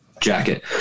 jacket